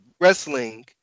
wrestling